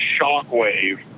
shockwave